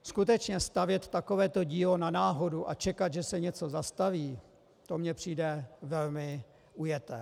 Skutečně stavět takovéto dílo na náhodu a čekat, že se něco zastaví, to mně přijde velmi ujeté.